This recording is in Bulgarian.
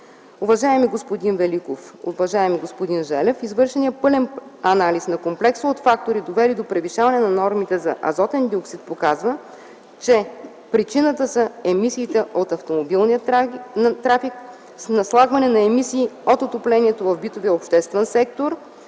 Уважаеми господин Великов, уважаеми господин Желев, извършеният пълен анализ на комплекса от фактори довели до превишаване на нормите за азотен диоксид показва, че причината са емисиите от автомобилния трафик с наслагване на емисии от отоплението в битовия и обществен сектор